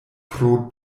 pro